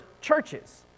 churches